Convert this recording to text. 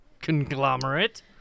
conglomerate